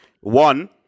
one